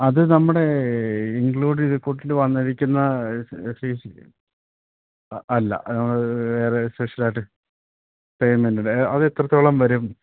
അത് നമ്മുടെ ഇൻക്ലൂഡ് വന്നിരിക്കുന്ന അല്ല വേറെ സ്പെഷ്യലായിട്ട് പേയ്മെൻ്റ് ഉണ്ട് അത് അത് എത്രത്തോളം വരും